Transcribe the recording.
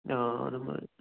ꯑꯥ ꯑꯗꯨꯝꯕꯩ